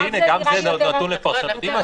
גם זה מאוד נתון לפרשנות.